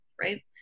right